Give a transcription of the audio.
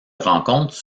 rencontre